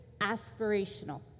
aspirational